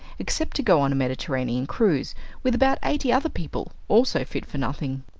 except to go on a mediterranean cruise, with about eighty other people also fit for nothing.